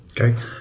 Okay